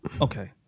okay